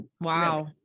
Wow